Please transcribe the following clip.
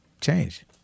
change